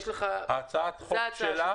זו ההצעה שלך.